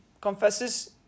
confesses